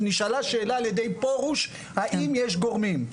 נשאלה שאלה על ידי פרוש, האם יש גורמים?